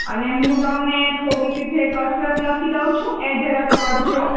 અને હું તમને થોડીક જે કસરત લખી દઉં છું એ જરાક કરજો